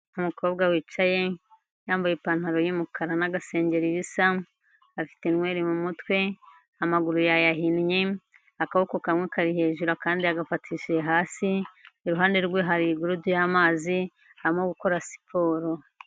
Umukobwa wicaye yambaye ipantaro y'umukara n'agasengeri bisa, afite inweri mu mutwe, amaguru ya yayahinye, akaboko kamwe kari hejuru akandi yagafatishije hasi, iruhande rwe hari gurude y'amazi, arimo gukora siporo.